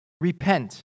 Repent